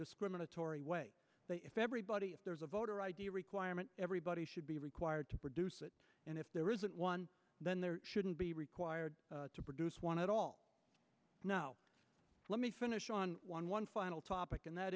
discriminatory way if everybody there is a voter id requirement everybody should be required to produce it and if there isn't one then there shouldn't be required to produce one at all now let me finish on one one final topic and that